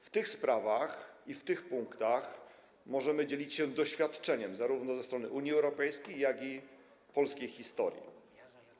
W tych sprawach i w tych punktach możemy dzielić się doświadczeniem zarówno ze strony Unii Europejskiej, jak i polskiej historii.